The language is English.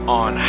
on